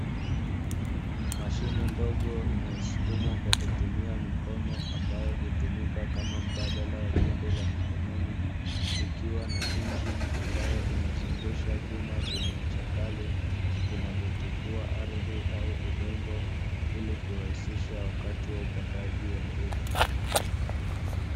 Mashine ndogo inayosukumwa kwa kutumia mikono, ambayo hutumika kama mbadala wa jembe la mikononi, ikiwa na injini ambayo inazungusha vyuma vyenye ncha kali vinavyotifua ardhi au udongo, ili kurahisisha wakati wa upandaji wa mbegu.